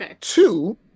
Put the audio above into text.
Two